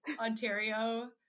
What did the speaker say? Ontario